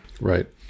right